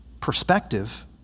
perspective